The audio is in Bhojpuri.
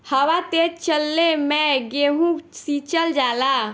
हवा तेज चलले मै गेहू सिचल जाला?